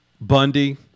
Bundy